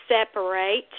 separate